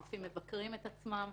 הגופים מבקרים את עצמם.